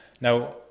Now